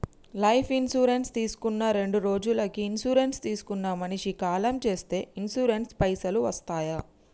Life insurance తీసుకున్న రెండ్రోజులకి insurance తీసుకున్న మనిషి కాలం చేస్తే ఇన్సూరెన్స్ పైసల్ వస్తయా?